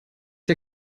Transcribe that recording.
der